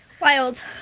Wild